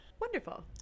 Wonderful